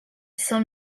saint